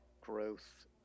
growth